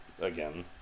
again